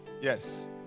Yes